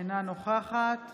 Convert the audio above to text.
אינה נוכחת